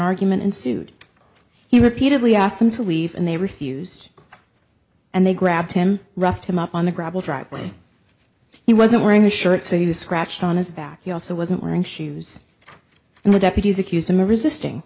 argument ensued he repeatedly asked them to leave and they refused and they grabbed him roughed him up on the gravel driveway he wasn't wearing a shirt so you scratched on his back he also wasn't wearing shoes and the deputies accused him of resisting